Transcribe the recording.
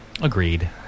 Agreed